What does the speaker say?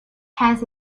has